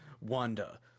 wanda